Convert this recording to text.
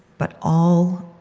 but all,